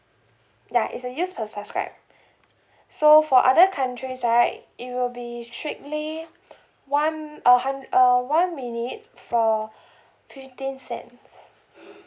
ya it's a use per subscribe so for other countries right it will be strictly one uh hun~ uh one minute for fifteen cents